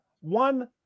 one